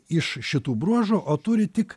iš šitų bruožų o turi tik